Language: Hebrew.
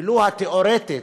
ולו התיאורטית,